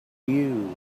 you